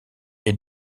est